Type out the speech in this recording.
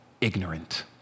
ignorant